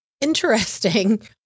interesting